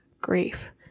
grief